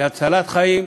להצלת חיים,